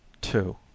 two